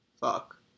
Fuck